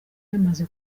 yamaze